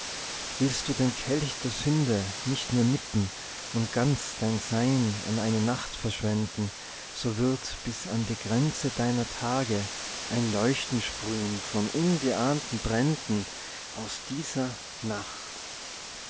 willst du den kelch der sünde nicht nur nippen und ganz dein sein an eine nacht verschwenden so wird bis an die grenze deiner tage ein leuchten sprühn von ungeahnten bränden aus dieser nacht